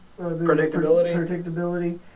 predictability